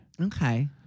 Okay